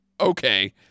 Okay